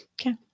Okay